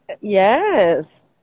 yes